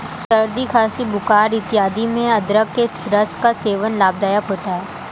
सर्दी खांसी बुखार इत्यादि में अदरक के रस का सेवन लाभदायक होता है